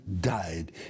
died